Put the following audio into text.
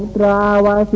la la